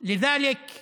מכת"זיות, לכן